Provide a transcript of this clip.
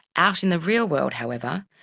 out in the real world however,